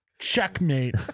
Checkmate